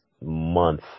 month